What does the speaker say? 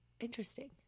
interesting